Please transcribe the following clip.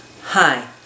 Hi